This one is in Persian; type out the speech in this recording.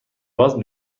باز